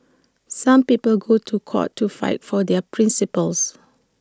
some people go to court to fight for their principles